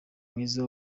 mwiza